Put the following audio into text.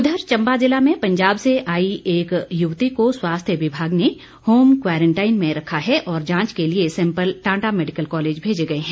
उधर चंबा जिला में पंजाब से आई एक युवती को स्वास्थ्य विभाग ने होम क्वारंटाइन में रखा है और जांच के लिए सैम्पल टांडा मैडिकल कॉलेज भेजे गए हैं